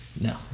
No